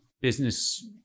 business